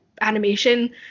animation